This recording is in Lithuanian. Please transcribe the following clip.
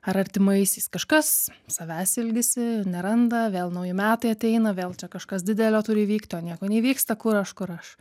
ar artimaisiais kažkas savęs ilgisi neranda vėl nauji metai ateina vėl čia kažkas didelio turi įvykti o nieko neįvyksta kur aš kur aš